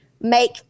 make